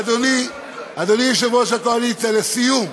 אדוני, אדוני יושב-ראש הקואליציה, לסיום,